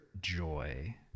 joy